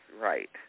right